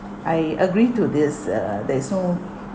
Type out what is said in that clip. I agree to this uh there's no